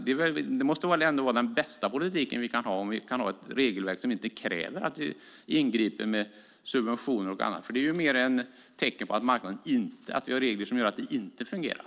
Det måste väl ändå vara den bästa politiken vi kan ha, om vi kan ha ett regelverk som inte kräver att vi ingriper med subventioner och annat. Det är nämligen mer ett tecken på att vi har regler som gör att marknaden inte fungerar.